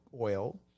oil